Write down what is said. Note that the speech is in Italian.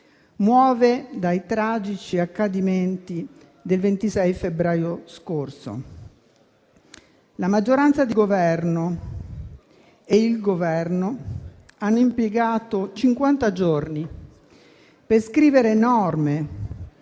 muove dai tragici accadimenti del 26 febbraio scorso. La maggioranza di Governo e il Governo hanno impiegato cinquanta giorni per scrivere norme